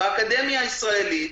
באקדמיה הישראלית,